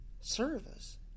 service